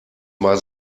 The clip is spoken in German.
mal